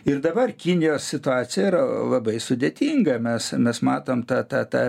ir dabar kinijos situacija yra labai sudėtinga mes mes matom tą tą tą